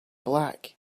black